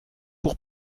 pour